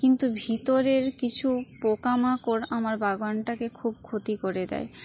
কিন্তু ভিতরের কিছু পোকামাকড় আমার বাগানটাকে খুব ক্ষতি করে দেয়